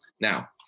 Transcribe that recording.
Now